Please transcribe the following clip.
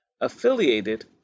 affiliated